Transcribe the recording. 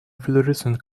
fluorescent